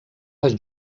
les